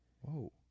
Whoa